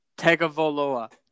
Tegavoloa